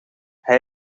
hij